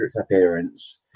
appearance